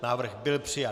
Návrh byl přijat.